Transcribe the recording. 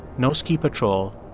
no ski patrol,